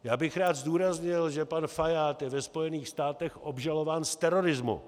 Já bych rád zdůraznil, že pan Fajád je ve Spojených stádech obžalován z terorismu.